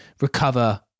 recover